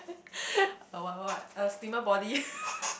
uh what what what a slimmer body